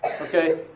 Okay